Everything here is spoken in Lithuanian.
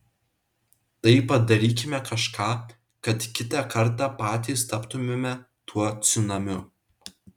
tai padarykime kažką kad kitą kartą patys taptumėme tuo cunamiu